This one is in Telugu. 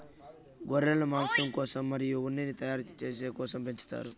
గొర్రెలను మాంసం కోసం మరియు ఉన్నిని తయారు చేసే కోసం పెంచుతారు